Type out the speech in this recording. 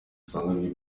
dusanzwe